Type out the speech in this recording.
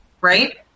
Right